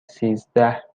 سیزده